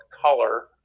color